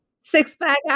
six-pack